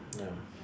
mm ya